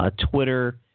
Twitter